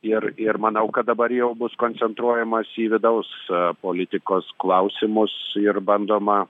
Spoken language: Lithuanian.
ir ir manau kad dabar jau bus koncentruojamasi į vidaus politikos klausimus ir bandoma